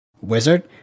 wizard